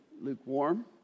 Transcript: lukewarm